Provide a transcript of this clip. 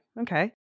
Okay